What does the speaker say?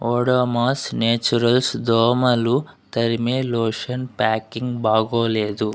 Odomos naturals దోమలు తరిమే lotion packing బాగోలేదు